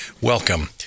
Welcome